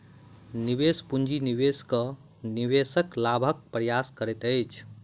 निवेश पूंजी निवेश कअ के निवेशक लाभक प्रयास करैत अछि